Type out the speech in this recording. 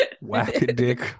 Whack-a-dick